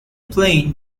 plain